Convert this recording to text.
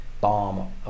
bomb